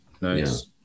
nice